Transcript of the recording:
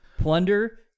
plunder